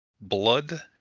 blood